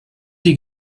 die